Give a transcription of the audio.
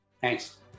Thanks